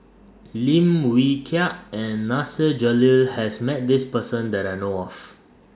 Lim Wee Kiak and Nasir Jalil has Met This Person that I know off